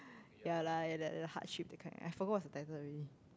ya lah like the the heart shape that kind I forgot what's the title already